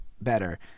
better